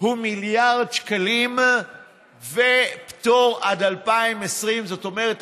הוא 1 מיליארד שקלים ופטור עד 2020 זאת אומרת,